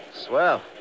Swell